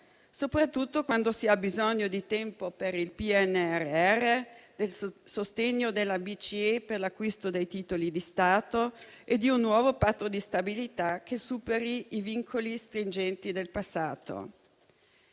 soprattutto quando si ha bisogno di tempo per il PNRR, del sostegno della BCE per l'acquisto dei titoli di Stato e di un nuovo patto di stabilità che superi i vincoli stringenti del passato.